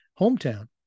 Hometown